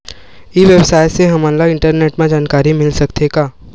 ई व्यवसाय से हमन ला इंटरनेट मा जानकारी मिल सकथे का?